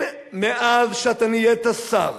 מאז שאתה נהיית שר